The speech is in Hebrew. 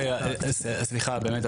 סליחה באמת,